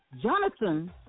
Jonathan